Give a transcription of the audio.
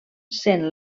sent